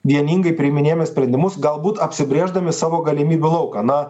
vieningai priiminėjame sprendimus galbūt apsibrėždami savo galimybių lauką na